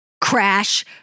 crash